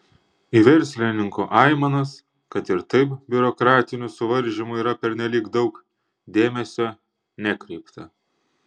į verslininkų aimanas kad ir taip biurokratinių suvaržymų yra pernelyg daug dėmesio nekreipta